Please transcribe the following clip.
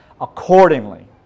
accordingly